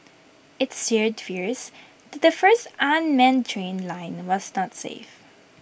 IT stirred fears that the first unmanned train line was not safe